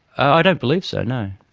i don't believe so. no.